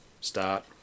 start